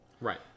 Right